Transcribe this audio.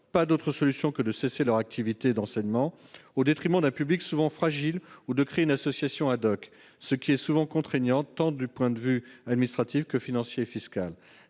pas d'autre solution que de cesser leur activité d'enseignement, pénalisant ainsi un public souvent fragile, ou de créer une association, ce qui est souvent contraignant d'un point de vue tant administratif que financier et fiscal.